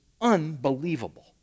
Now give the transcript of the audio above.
Unbelievable